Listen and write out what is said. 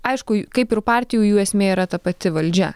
aišku kaip ir partijų jų esmė yra ta pati valdžia